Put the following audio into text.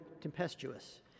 tempestuous